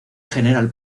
general